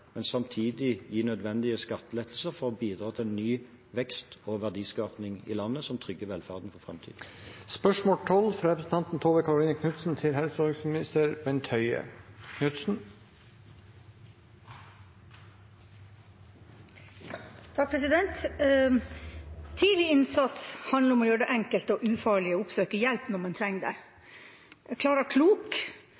men samtidig gi nødvendige skattelettelser for å bidra til ny vekst og verdiskaping i landet, som trygger velferden for framtiden. «Tidlig innsats handler om å gjøre det enkelt og ufarlig å oppsøke hjelp når man trenger det. Klara Klok har vært det eneste gratistilbudet for ungdom og unge voksne i aldersgruppen 10–25 år, for å